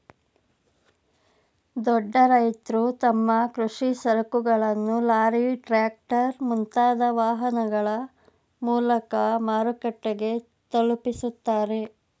ದೊಡ್ಡ ರೈತ್ರು ತಮ್ಮ ಕೃಷಿ ಸರಕುಗಳನ್ನು ಲಾರಿ, ಟ್ರ್ಯಾಕ್ಟರ್, ಮುಂತಾದ ವಾಹನಗಳ ಮೂಲಕ ಮಾರುಕಟ್ಟೆಗೆ ತಲುಪಿಸುತ್ತಾರೆ